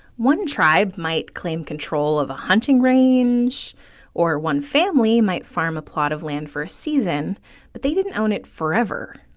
one tribe might claim control of a hunting range or one family might farm a plot of land for a season but they didn't own it forever.